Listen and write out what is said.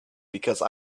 because